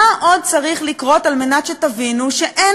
מה עוד צריך לקרות על מנת שתבינו שאין